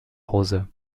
hause